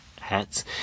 hats